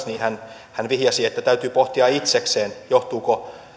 niin hän myös vihjasi että täytyy pohtia itsekseen johtuuko